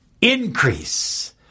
Increase